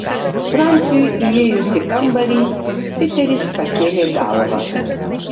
franciui įėjus į kambarį piteris pakėlė galvą